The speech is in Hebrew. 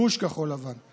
גוש כחול לבן.